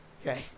okay